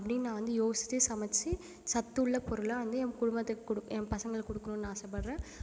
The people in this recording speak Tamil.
அப்படின்னு நான் வந்து யோசிச்சிகிட்டே சமைச்சி சத்துள்ள பொருளாக வந்து என் குடும்பத்துக்கு கொடுக்க என் பசங்களுக்கு கொடுக்கணுன்னு நான் ஆசைப்பட்றேன்